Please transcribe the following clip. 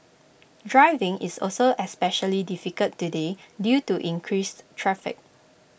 driving is also especially difficult today due to increased traffic